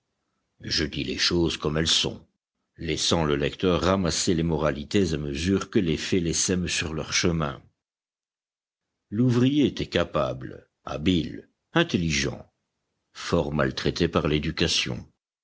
je dis les choses comme elles sont laissant le lecteur ramasser les moralités à mesure que les faits les sèment sur leur chemin l'ouvrier était capable habile intelligent fort maltraité par l'éducation